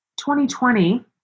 2020